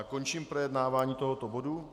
Končím projednávání tohoto bodu.